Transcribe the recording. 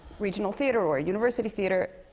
regional theatre, or a university theatre,